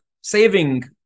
saving